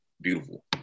beautiful